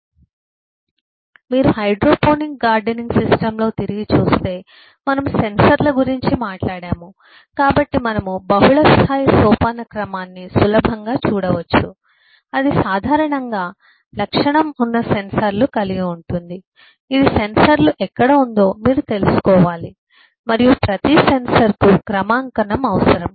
సమయం 2124 స్లైడ్ చూడండి మీరు హైడ్రోపోనిక్ గార్డెనింగ్ సిస్టమ్లోకి తిరిగి చూస్తే మనము సెన్సర్ల గురించి మాట్లాడాము కాబట్టి మనము బహుళ స్థాయి సోపానక్రమాన్ని సులభంగా చూడవచ్చు అది సాధారణంగా ఒక లక్షణం ఉన్న సెన్సర్లు కలిగి ఉంటుంది ఇది సెన్సర్లు ఎక్కడ ఉందో మీరు తెలుసుకోవాలి మరియు ప్రతి సెన్సర్ కు క్రమాంకనం అవసరం